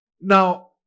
Now